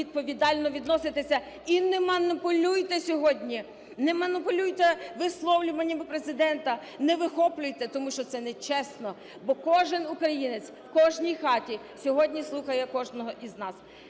відповідально відноситися. І не маніпулюйте сьогодні, не маніпулюйте висловлюваннями Президента, не вихоплюйте, тому що це нечесно. Бо кожен українець в кожній хаті сьогодні слухає кожного із нас.